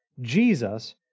Jesus